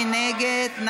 מי נגד?